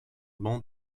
bancs